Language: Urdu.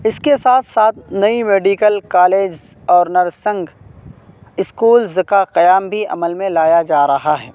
اس کے ساتھ ساتھ نئی میڈیکل کالج اور نرسنگ اسکولز کا قیام بھی عمل میں لایا جا رہا ہے